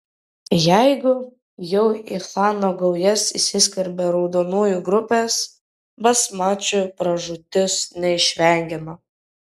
jeigu jau į chano gaujas įsiskverbė raudonųjų grupės basmačių pražūtis neišvengiama